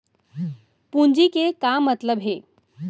पूंजी के का मतलब हे?